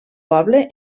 poble